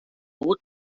woot